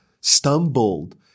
stumbled